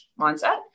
mindset